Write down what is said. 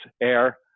air